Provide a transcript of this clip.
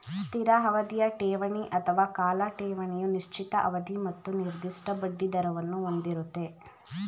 ಸ್ಥಿರ ಅವಧಿಯ ಠೇವಣಿ ಅಥವಾ ಕಾಲ ಠೇವಣಿಯು ನಿಶ್ಚಿತ ಅವಧಿ ಮತ್ತು ನಿರ್ದಿಷ್ಟ ಬಡ್ಡಿದರವನ್ನು ಹೊಂದಿರುತ್ತೆ